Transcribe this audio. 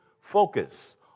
focus